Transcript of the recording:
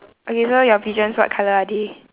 okay so your pigeons what colour are they